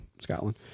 Scotland